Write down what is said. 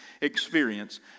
experience